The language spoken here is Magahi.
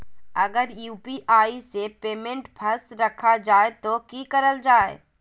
अगर यू.पी.आई से पेमेंट फस रखा जाए तो की करल जाए?